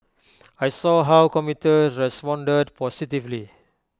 I saw how commuters responded positively